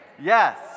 Yes